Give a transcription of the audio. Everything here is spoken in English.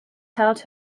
held